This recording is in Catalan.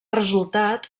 resultat